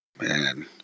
man